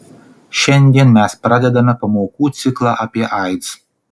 šiandien mes pradedame pamokų ciklą apie aids